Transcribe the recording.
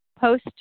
post